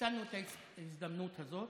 ניצלנו את ההזדמנות הזאת